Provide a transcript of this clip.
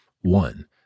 One